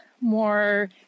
more